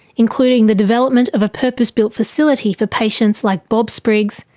including the development of a purpose-built facility for patients like bob spriggs,